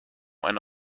eine